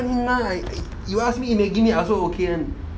gannina you ask me eat maggie mee I also okay one